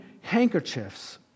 handkerchiefs